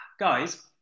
Guys